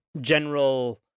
general